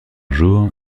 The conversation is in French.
jour